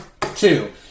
Two